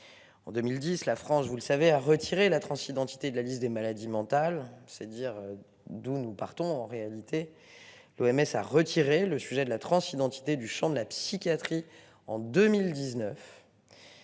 En 2010, la France, vous le savez a retiré la transidentité de la liste des maladies mentales c'est dire d'où nous partons en réalité. L'OMS a retiré le sujet de la transidentité du Champ de la psychiatrie en 2019.